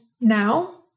now